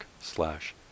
slash